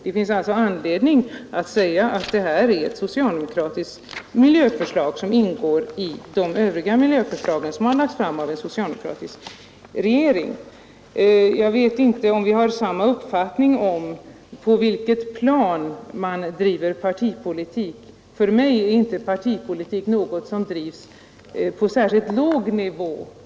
Det finns alltså anledning att säga att det här är ett socialdemokratiskt miljöförslag som ingår i de övriga miljöförslag som har lagts fram av en socialdemokratisk regering. Jag vet inte om vi har samma uppfattning om på vilket plan man driver partipolitik. För mig är inte partipolitik något som drivs på särskilt låg nivå.